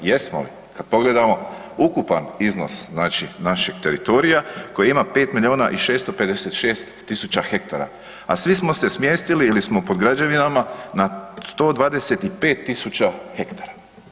Jesmo li kad pogledamo ukupan iznos našeg teritorija koji ima 5 milijuna i 656 tisuća hektara, a svi smo se smjestili ili smo pod građevinama na 125.000 hektara?